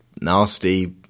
nasty